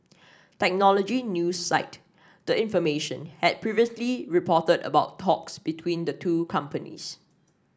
technology news site the information had previously reported about talks between the two companies